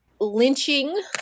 lynching